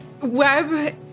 web